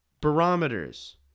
barometers